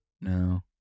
No